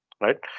right